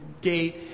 gate